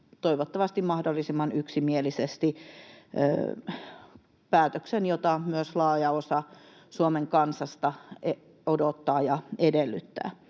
toivottavasti mahdollisimman yksimielisesti — päätöksen, jota myös laaja osa Suomen kansasta odottaa ja edellyttää.